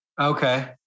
Okay